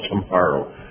tomorrow